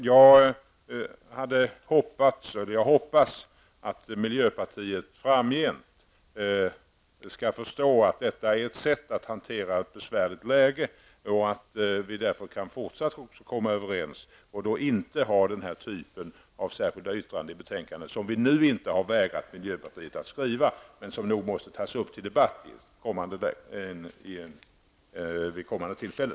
Jag hoppas att miljöpartiet framgent skall förstå att detta är ett sätt att hantera ett besvärligt läge, och att vi därför fortsatt kan komma överens utan att få denna typ av särskilda yttranden i betänkandena. Utskottet har nu inte vägrat miljöpartiet att skriva dessa särskilda yttranden, men detta måste tas upp till debatt vid ett kommande tillfälle.